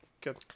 Good